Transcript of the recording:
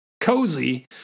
Cozy